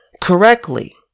correctly